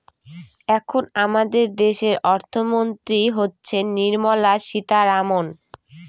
এখন আমাদের দেশের অর্থমন্ত্রী হচ্ছেন নির্মলা সীতারামন